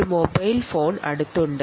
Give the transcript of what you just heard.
ഒരു mobile phone ഇതിന് അടുത്തുണ്ട്